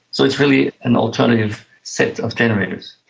so it's really an alternative set of generators.